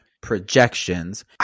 projections